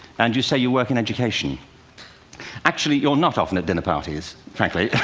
and you say you work in education actually, you're not often at dinner parties, frankly.